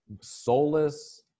soulless